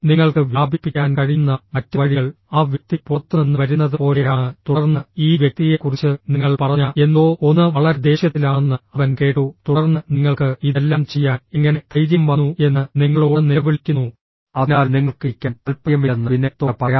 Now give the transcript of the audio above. നിങ്ങൾക്ക് വ്യാപിപ്പിക്കാൻ കഴിയുന്ന മറ്റ് വഴികൾ ആ വ്യക്തി പുറത്തുനിന്ന് വരുന്നതുപോലെയാണ് തുടർന്ന് ഈ വ്യക്തിയെക്കുറിച്ച് നിങ്ങൾ പറഞ്ഞ എന്തോ ഒന്ന് വളരെ ദേഷ്യത്തിലാണെന്ന് അവൻ കേട്ടു തുടർന്ന് നിങ്ങൾക്ക് ഇതെല്ലാം ചെയ്യാൻ എങ്ങനെ ധൈര്യം വന്നു എന്ന് നിങ്ങളോട് നിലവിളിക്കുന്നു അതിനാൽ നിങ്ങൾക്ക് ഇരിക്കാൻ താൽപ്പര്യമില്ലെന്ന് വിനയത്തോടെ പറയാം